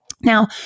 Now